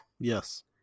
yes